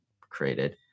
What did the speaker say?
created